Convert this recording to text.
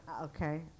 Okay